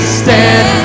stand